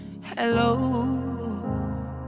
hello